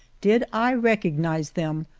did i recognize them,